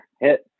hit